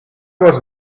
was